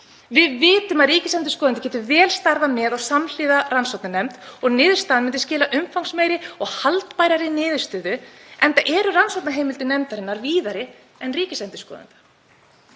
Við vitum að ríkisendurskoðandi getur vel starfað með og samhliða rannsóknarnefnd og niðurstaðan myndi skila umfangsmeiri og haldbærari niðurstöðu enda eru rannsóknarheimildir nefndarinnar víðari en ríkisendurskoðanda.